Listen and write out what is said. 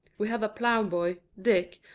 we had a ploughboy, dick,